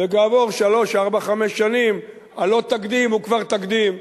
וכעבור שלוש-ארבע-חמש שנים הלוא תקדים הוא כבר תקדים,